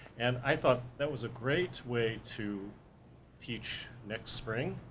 and i thought that was a great way to teach next spring,